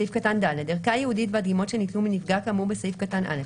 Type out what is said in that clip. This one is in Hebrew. (ד) ערכה ייעודית והדגימות שניטלו מנפגע כאמור בסעיף קטן (א),